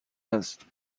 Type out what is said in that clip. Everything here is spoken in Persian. است